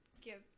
give